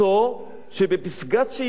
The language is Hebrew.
שבפסגת שאיפותיו.